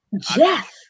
Jeff